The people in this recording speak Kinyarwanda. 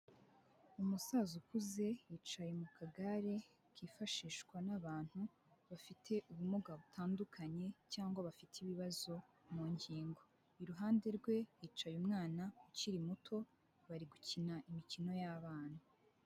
Umusaza ukuze yicaye mu kagare kifashishwa n'abantu bafite ubumuga butandukanye cyangwa bafite ibibazo mu ngingo. Iruhande rwe hicaye umwana ukiri muto bari gukina imikino y'abana.